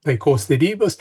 taikos derybas